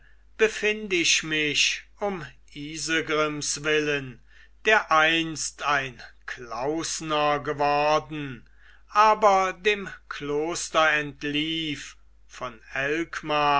befind ich mich um isegrims willen der einst ein klausner geworden aber dem kloster entlief von elkmar